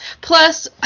Plus